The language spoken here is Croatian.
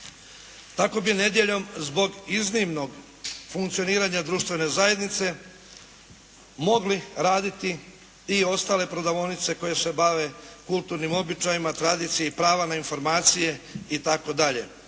Tako bi nedjeljom zbog iznimnog funkcioniranja društvene zajednice mogli raditi i ostale prodavaonice koje se bave kulturnim običajima, tradiciji i prava na informacije itd.